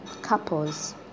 couples